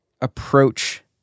approach